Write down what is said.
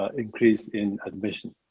ah increase in admission.